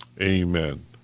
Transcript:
amen